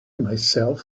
myself